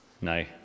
No